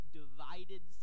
divided